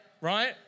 right